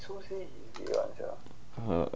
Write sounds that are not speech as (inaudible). (noise)